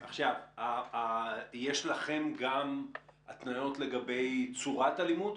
עכשיו, יש לכם גם התניות לגבי צורת הלימוד?